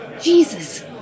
Jesus